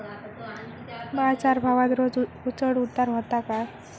बाजार भावात रोज चढउतार व्हता काय?